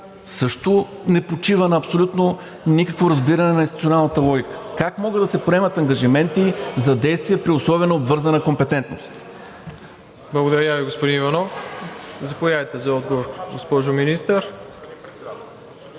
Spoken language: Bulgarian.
не почива на абсолютно никакво разбиране на институционалната логика. Как могат да се приемат ангажименти за действия при условие на обвързана компетентност? ПРЕДСЕДАТЕЛ МИРОСЛАВ ИВАНОВ: Благодаря Ви, господин Иванов. Заповядайте за отговор, госпожо Министър.